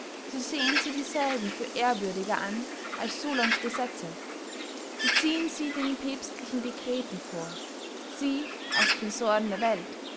so sehen sie dieselben für ehrwürdiger an als solons gesetze sie ziehen sie den päbstlichen decreten vor sie als censoren der welt